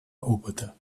опыта